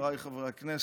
חבריי חברי הכנסת,